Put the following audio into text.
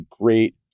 great